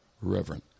reverend